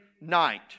night